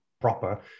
proper